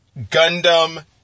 Gundam